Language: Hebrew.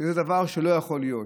שזה דבר שלא יכול להיות,